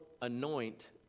anoint